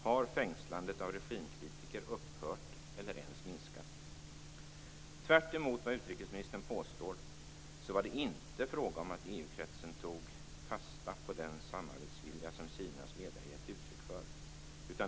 Har fängslandet av regimkritiker upphört eller ens minskat? Tvärtemot vad utrikesministern påstår var det inte fråga om att EU-kretsen tog "fasta på den samarbetsvilja som Kinas ledare gett uttryck för".